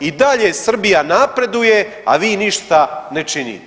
I dalje Srbija napreduje a vi ništa ne činite.